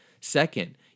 Second